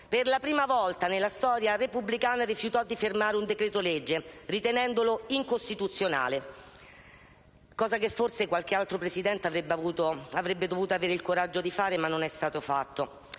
per la prima volta nella storia repubblicana rifiutò di firmare un decreto-legge, ritenendolo incostituzionale, cosa che forse qualche altro Presidente avrebbe dovuto avere il coraggio di fare ma non ha fatto.